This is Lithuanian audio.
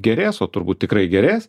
gerės o turbūt tikrai gerės